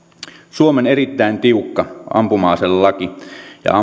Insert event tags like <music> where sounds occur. suomen erittäin tiukka ampuma aselaki ja <unintelligible>